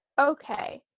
Okay